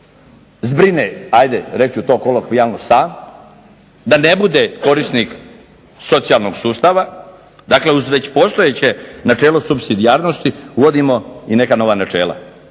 zbrine, ajde reći ću to kolokvijalno sam, da ne bude korisnik socijalnog sustava, dakle uz već postojeće načelo supsidijarnosti uvodimo i neka nova načela,